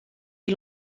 est